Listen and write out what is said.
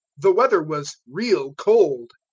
the weather was real cold.